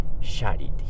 charity